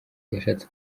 yashatse